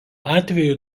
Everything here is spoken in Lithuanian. atveju